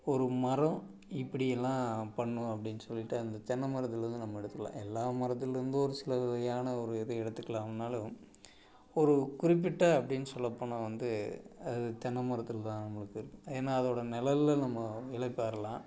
ஒரு மரம் இப்படியெல்லாம் பண்ணும் அப்படின்னு சொல்லிட்டு அந்த தென்னமரத்திலேந்து நம்ம எடுத்துக்கலாம் எல்லா மரத்திலருந்து ஒரு சில வகையான ஒரு இது எடுத்துக்கலாம்னாலும் ஒரு குறிப்பிட்ட அப்படின்னு சொல்லப்போனால் வந்து அது தென்னமரத்தில் தான் நம்மளுக்கு இருக்குது ஏன்னா அதோடய நெழல்ல நம்ம இளைப்பாறலாம்